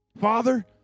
Father